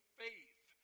faith